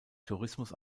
tourismus